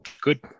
Good